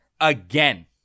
again